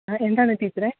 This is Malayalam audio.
ആ എന്താണ് ടീച്ചറെ